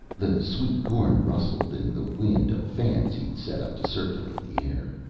the sweetcorn rustled in the wind of fans he'd set up to circulate the air.